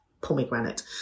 pomegranate